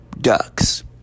Ducks